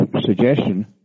suggestion